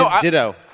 ditto